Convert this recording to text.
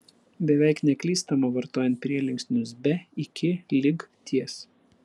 beveik neklystama vartojant prielinksnius be iki lig ties